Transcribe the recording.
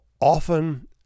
often